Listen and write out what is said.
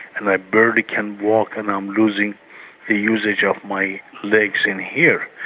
and i barely can walk, and i'm losing the usage of my legs in here.